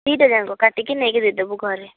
ଦୁଇଟା ଯାକ କାଟିକି ନେଇକି ଦେଇଦେବୁ ଘରେ